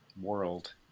world